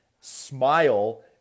smile